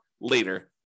later